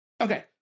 Okay